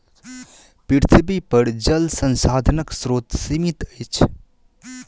पृथ्वीपर जल संसाधनक स्रोत सीमित अछि